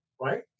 right